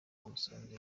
bamusanze